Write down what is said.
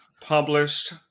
published